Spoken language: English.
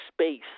space